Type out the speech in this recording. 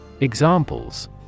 Examples